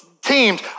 teams